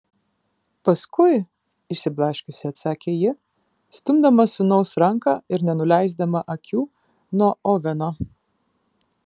paskui išsiblaškiusi atsakė ji stumdama sūnaus ranką ir nenuleisdama akių nuo oveno